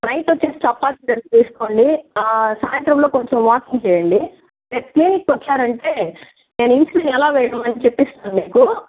night వచ్చేసి చపాతి తీసుకోండి సాయంత్రంలో కొంచెం వాకింగ్ చేయండి నెక్స్ట్ వీక్ వచ్చారంటే నేను ఇన్సులిన్ ఎలా వేయాలో అని చెప్పేసి చూపిస్తాను మీకూ